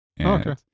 okay